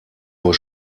nur